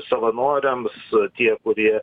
savanoriams tie kurie